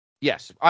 Yes